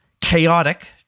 chaotic